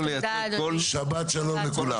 שבת שלום לכולם.